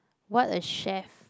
what a chef